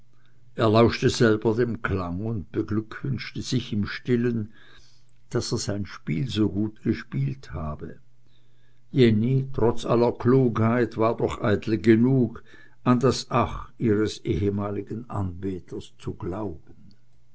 er lauschte selber dem klang und beglückwünschte sich im stillen daß er sein spiel so gut gespielt habe jenny trotz aller klugheit war doch eitel genug an das ach ihres ehemaligen anbeters zu glauben